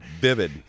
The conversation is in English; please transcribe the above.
vivid